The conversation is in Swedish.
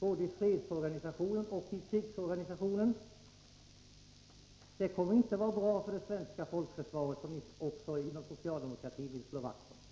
både i fredsorganisationen och i krigsorganisationen. Det kommer inte att vara bra för det svenska folkförsvaret, som ni också inom socialdemokratin vill slå vakt om.